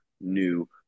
new